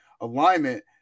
alignment